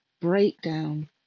breakdown